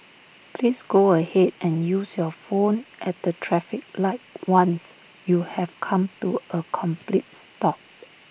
please go ahead and use your phone at the traffic light once you have come to A complete stop